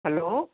hello